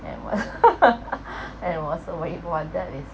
and it was it and it was way !wah! that is